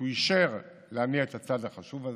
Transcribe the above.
שאישר להניע את הצעד החשוב הזה,